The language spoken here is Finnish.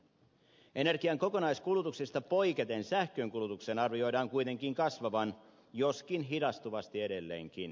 energian kokonaiskulutuksesta poiketen sähkönkulutuksen arvioidaan kuitenkin kasvavan joskin hidastuvasti edelleenkin